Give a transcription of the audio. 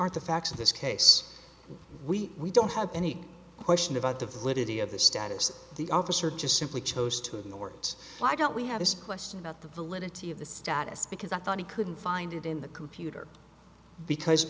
the facts of this case we we don't have any question about the validity of the status of the officer just simply chose to ignore it why don't we have this question about the validity of the status because i thought he couldn't find it in the computer because